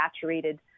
saturated